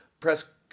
press